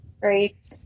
great